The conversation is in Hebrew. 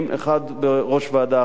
אחד בראש ועדה אחת,